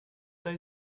they